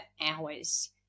hours